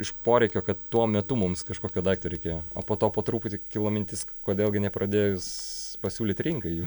iš poreikio kad tuo metu mums kažkokio daikto reikėjo o po to po truputį kilo mintis kodėl gi nepradėjus pasiūlyt rinkai jų